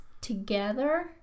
together